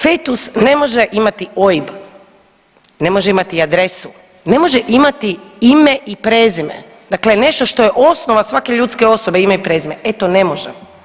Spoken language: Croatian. Fetus ne može imati OIB, ne može imati adresu, ne može imati ime i prezime, dakle nešto što je osnova svake ljudske osobne ime i prezime, e to ne može.